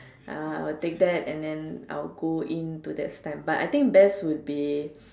uh I would take that and then I would go in to that time but I think best would be